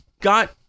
got